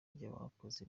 ry’abakozi